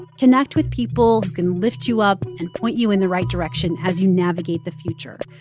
connect with people who can lift you up and point you in the right direction as you navigate the future,